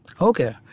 Okay